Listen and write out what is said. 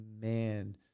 man